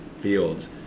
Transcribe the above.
fields